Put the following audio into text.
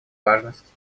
важность